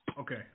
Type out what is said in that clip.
Okay